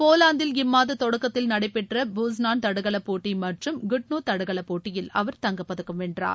போலந்தில் இம்மாத தொடக்கத்தில் நடைபெற்ற போஸ்னான் தடகளப் போட்டி மற்றும் குட்னோ தடகளப் போட்டியில் அவர் தங்கப்பதக்கம் வென்றார்